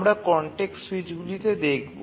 আমরা কনটেক্সট স্যুইচগুলিতে দেখব